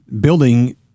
building –